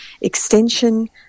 Extension